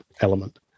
element